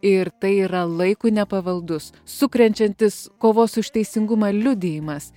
ir tai yra laikui nepavaldus sukrečiantis kovos už teisingumą liudijimas